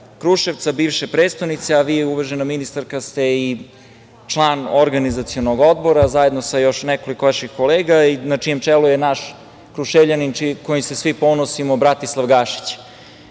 Kruševca, biše prestonice, a vi, uvažena ministarka, ste i član organizacionog odbora, zajedno sa još nekoliko vaših kolega, na čijem čelu je naš Kruševljanin, kojim se svi ponosimo, Bratislav Gašić.Za